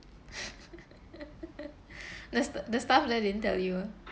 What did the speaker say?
the sta~ the staff there didn't tell you ah